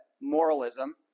moralism